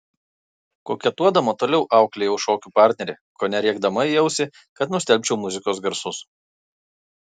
koketuodama toliau auklėjau šokių partnerį kone rėkdama į ausį kad nustelbčiau muzikos garsus